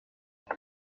pas